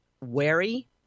wary